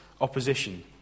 opposition